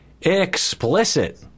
explicit